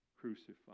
crucified